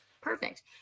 Perfect